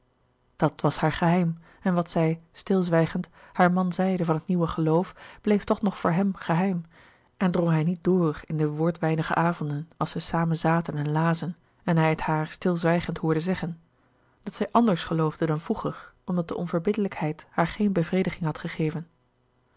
dat was haar geheim en wat zij stilzwijgend haar man zeide van het nieuwe geloof bleef toch nog voor hem geheim en drong hij niet door in de woordweinige avonden als zij samen zaten en lazen en hij het haar stilzwijgend hoorde zeggen dat zij anders geloofde dan vroeger omdat de onverbiddelijkheid haar geen bevrediging had gegeven